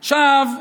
עכשיו,